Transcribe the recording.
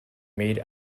made